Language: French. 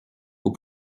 vous